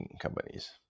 companies